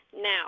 Now